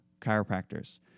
chiropractors